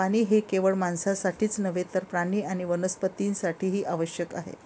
पाणी हे केवळ माणसांसाठीच नव्हे तर प्राणी आणि वनस्पतीं साठीही आवश्यक आहे